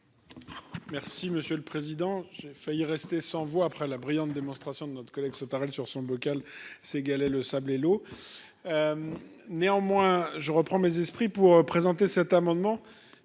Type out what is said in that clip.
Merci, monsieur le Président, j'ai failli rester sans voix. Après la brillante démonstration de notre collègue Sautarel sur son bocal ces galets le sable et l'eau. Néanmoins je reprends mes esprits pour présenter cet amendement.